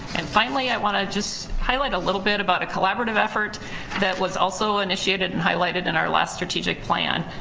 and finally i wanna just highlight a little bit about a collaborative effort that was also initiated and highlighted in our last strategic plan.